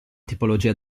tipologia